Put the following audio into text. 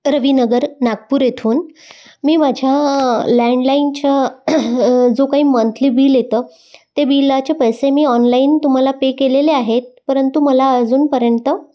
रवी नगर नागपूर येथून मी माझ्या लँडलाईनच्या जो काही मंथली बिल येतं ते बिलाचे पैसे मी ऑनलाईन तुम्हाला पे केलेले आहेत परंतु मला अजूनपर्यंत